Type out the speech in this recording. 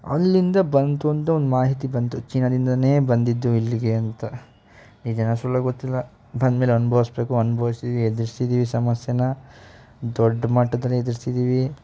ಅಲ್ಲಿಂದ ಬಂತು ಅಂತ ಒಂದು ಮಾಹಿತಿ ಬಂತು ಚೀನಾದಿಂದಲೇ ಬಂದಿದ್ದು ಇಲ್ಲಿಗೆ ಅಂತ ನಿಜಾನಾ ಸುಳ್ಳೋ ಗೊತ್ತಿಲ್ಲ ಬಂದ್ಮೇಲೆ ಅನುಭವ್ಸ್ಬೇಕು ಅನುಭವ್ಸಿ ಎದ್ರುಸಿದ್ದೀವಿ ಸಮಸ್ಯೆನ ದೊಡ್ಡ ಮಟ್ಟದಲ್ಲೇ ಎದ್ರುಸಿದ್ದೀವಿ